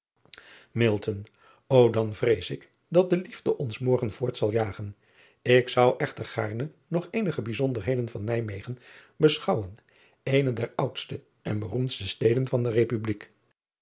o an vrees ik dat de liefde ons morgen voort zal jagen k zou echter gaarne nog eenige bijzonderheden van ijmegen beschouwen eene der oudfte en beroemdste steden van de epubliek